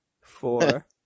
four